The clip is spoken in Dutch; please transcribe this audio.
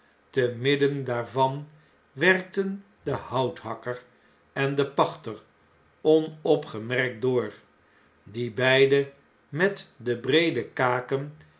te midden daarvan werkten de houthakker en de pachter onopgemerkt door die beiden met de breede kaken